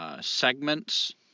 segments